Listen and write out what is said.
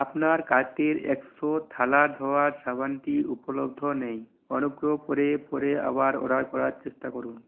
আপনার কার্টের এক্সো থালা ধোয়ার সাবানটি উপলব্ধ নেই অনুগ্রহ করে পরে আবার অর্ডার করার চেষ্টা করুন